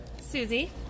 Susie